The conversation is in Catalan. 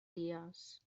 dies